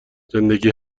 زندگی